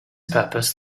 purpose